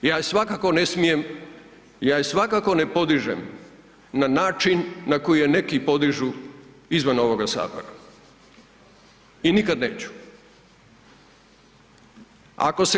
Ja svakako ne smijem, ja je svakako ne podižem na način na koji je neki podižu izvan ovoga sabora i nikad neću.